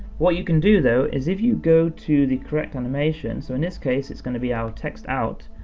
what you can do though, is if you go to the correct animation, so in this case, it's gonna be our text out,